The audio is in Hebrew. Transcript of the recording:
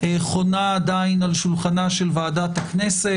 חונה עדיין על שולחנה של ועדת הכנסת.